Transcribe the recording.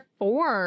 four